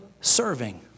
Serving